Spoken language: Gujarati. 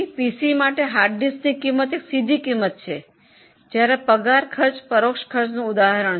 પીસી માટે હાર્ડ ડિસ્ક ખર્ચ પ્રત્યક્ષ ખર્ચ છે અને પગાર ખર્ચ પરોક્ષ ખર્ચ છે